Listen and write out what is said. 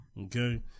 Okay